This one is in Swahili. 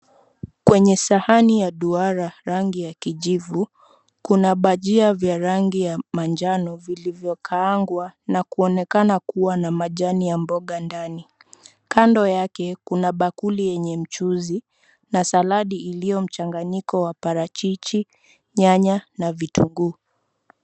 Kwenye sahani ya duara rangi ya kijivu kuna bajia vya rangi ya manjano vilivyokaangwa na kuonekana kuwa na majani ya mboga ndani. Kando yake kuna bakuli yenye mchuzi na saladi iliyo mchanganyiko wa parachichi, nyanya na vitunguu.